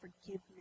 forgiveness